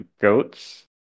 goats